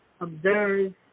observe